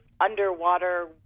underwater